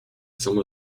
some